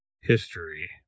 history